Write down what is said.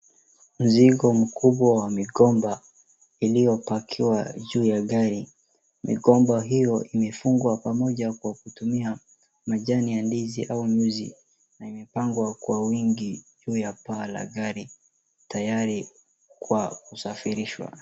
Mzigo mkubwa wa mikomba iliyo pakiwa juu ya gari, migomba iyo imefungwa pamoja kutumia majani ya ndizi au uzi na imepangwa kwa wingi juu ya paa la gari tayari kwa kusafirishwa.